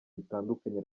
bitandukanye